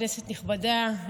כנסת נכבדה,